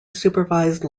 supervised